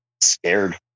scared